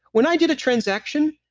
when i did a transaction,